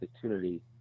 opportunity